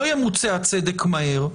לא ימוצה הצדק מהר,